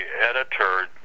editor